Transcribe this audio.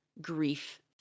grief